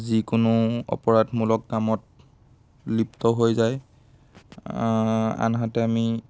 যিকোনো অপৰাধমূলক কামত লিপ্ত হৈ যায় আনহাতে আমি